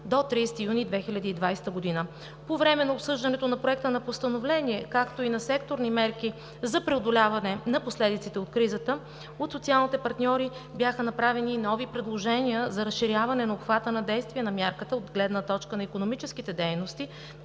до 30 юни 2020 г. По време на обсъждането на Проекта на постановление, както и на секторни мерки за преодоляване на последиците от кризата, от социалните партньори бяха направени и нови предложения за разширяване обхвата на действие на мярката както от гледна точка на икономическите дейности,